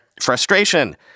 frustration